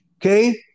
okay